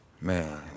Man